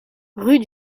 rue